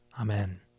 Amen